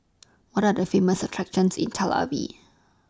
What Are The Famous attractions in Tel Aviv